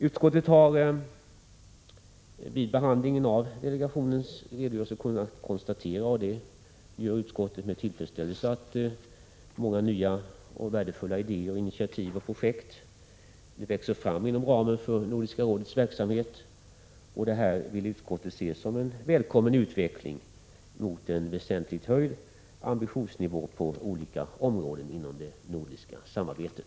Utskottet har vid behandlingen av delegationens redogörelse kunnat konstatera, och det gör utskottet med tillfredsställelse, att många nya och värdefulla idéer, initiativ och projekt växer fram inom ramen för Nordiska rådets verksamhet, och det vill utskottet se som en välkommen utveckling mot en väsentligt höjd ambitionsnivå på olika områden inom det nordiska samarbetet.